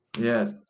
Yes